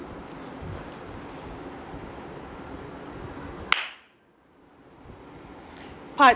part